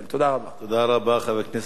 תודה רבה, חבר הכנסת חסון.